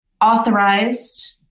Authorized